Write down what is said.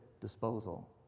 disposal